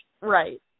Right